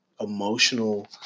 emotional